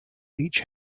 beach